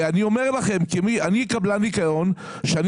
אני אומר לכם שאני קבלן ניקיון וכשאני